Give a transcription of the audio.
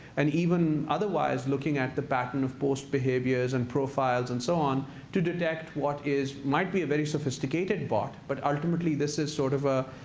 and even otherwise looking at the pattern of post behaviors and profiles and so on to detect what might be a very sophisticated bot. but ultimately this is sort of a